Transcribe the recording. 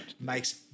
Makes